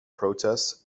protests